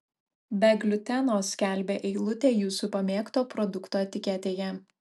be gliuteno skelbia eilutė jūsų pamėgto produkto etiketėje